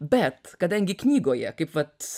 bet kadangi knygoje kaip vat